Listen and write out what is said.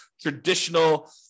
traditional